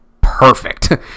perfect